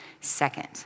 second